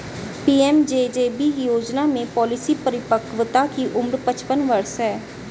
PMJJB योजना में policy परिपक्वता की उम्र पचपन वर्ष है